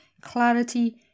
clarity